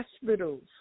hospitals